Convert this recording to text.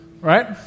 Right